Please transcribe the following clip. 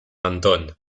antón